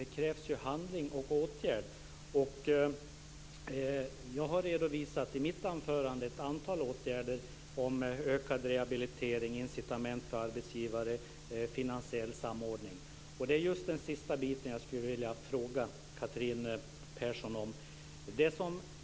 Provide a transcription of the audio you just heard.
Det krävs handling och åtgärder. I mitt anförande har jag redovisat ett antal åtgärder, t.ex. ökad rehabilitering, incitament för arbetsgivare och finansiell samordning. Det är just det sista som jag skulle vilja fråga Catherine Persson om.